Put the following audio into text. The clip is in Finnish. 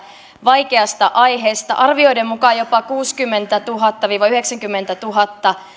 vaikeasta aiheesta arvioiden mukaan jopa kuusikymmentätuhatta viiva yhdeksänkymmentätuhatta